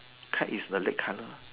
kite is the red colour